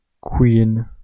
Queen